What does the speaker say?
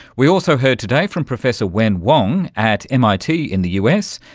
we also heard today from professor wen wang at mit in the us,